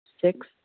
Six